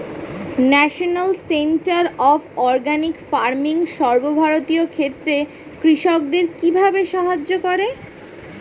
National centre of organic farming সর্বভারতীয় ক্ষেত্রে কৃষকদের কিভাবে সাহায্য করে?